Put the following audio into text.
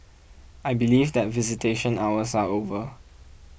I believe that visitation hours are over